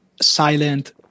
silent